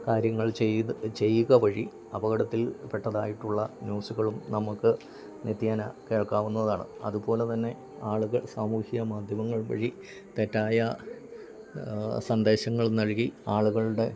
കാര്യങ്ങൾ ചെയ്ത് ചെയ്യുക വഴി അപകടത്തിൽ പെട്ടതായിട്ടുള്ള ന്യൂസ്സ്കളും നമുക്ക് നിത്യേന കേൾക്കാവുന്നതാണ് അതുപോലെ തന്നെ ആളുകൾ സാമൂഹ്യ മാധ്യമങ്ങൾ വഴി തെറ്റായ സന്ദേശങ്ങൾ നൽകി ആളുകളുടെ